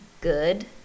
good